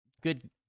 good